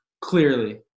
clearly